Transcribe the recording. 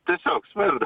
tiesiog smirda